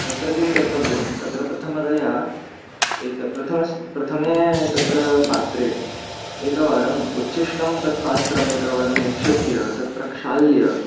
तत्र किं कर्तव्यं तत्र प्रथमतया एक प्रथमस् प्रथमे तत्र पात्रे एकवारम् उच्छिष्टं तत् पात्रम् एकवारं निक्षिप्य तत् प्रक्षाल्य